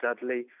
Dudley